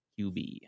QB